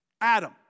Adam